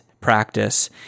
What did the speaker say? practice